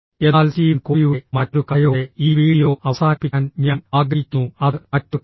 എന്നാൽ സ്റ്റീവൻ കോവിയുടെ മറ്റൊരു കഥയോടെ ഈ വീഡിയോ അവസാനിപ്പിക്കാൻ ഞാൻ ആഗ്രഹിക്കുന്നു അത് മറ്റൊരു കഥയാണ്